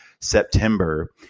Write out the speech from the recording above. September